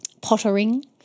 pottering